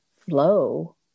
flow